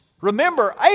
Remember